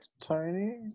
Tony